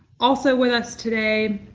also with us today,